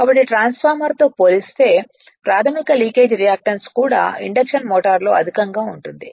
కాబట్టి ట్రాన్స్ఫార్మర్తో పోల్చితే ప్రాధమిక లీకేజ్ రియాక్టన్స్ కూడా ఇండక్షన్ మోటారులో అధికంగా ఉంటుంది